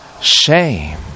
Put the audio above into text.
shame